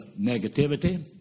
negativity